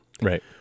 Right